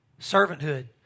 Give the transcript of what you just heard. Servanthood